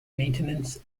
maintenance